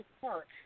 Park